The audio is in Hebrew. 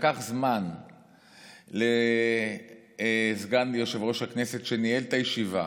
לקח זמן לסגן יושב-ראש הכנסת שניהל את הישיבה